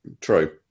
true